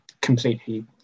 completely